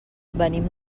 venim